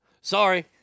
Sorry